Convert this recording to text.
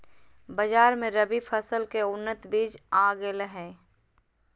बाजार मे रबी फसल के उन्नत बीज आ गेलय हें